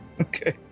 Okay